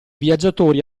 viaggiatori